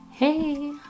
Hey